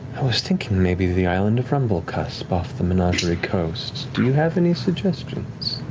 i was thinking maybe the island of rumblecusp, off the menagerie coast. do you have any suggestions?